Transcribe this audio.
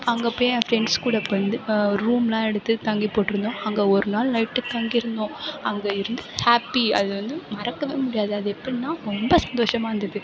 அங்கே போய் என் ஃப்ரெண்ட்ஸ் கூட அப்போ வந்து ரூம்லாம் எடுத்து தங்கி போட்டுருந்தோம் அங்கே ஒரு நாள் நைட்டு தங்கியிருந்தோம் அங்கே இருந்த ஹாப்பி அது வந்து மறக்கவே முடியாது அது எப்படின்னா ரொம்ப சந்தோஷமாக இருந்தது